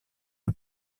que